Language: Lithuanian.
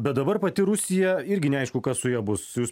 bet dabar pati rusija irgi neaišku kas su ja bus jūs